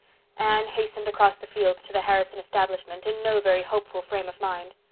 anne hastened across the fields to the harrison establishment in no very hopeful frame of mind.